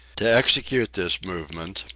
to execute this movement,